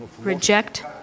reject